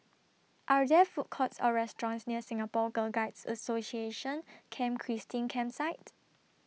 Are There Food Courts Or restaurants near Singapore Girl Guides Association Camp Christine Campsite